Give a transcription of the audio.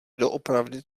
doopravdy